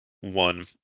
one